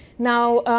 now,